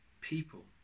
people